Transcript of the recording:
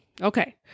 Okay